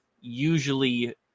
usually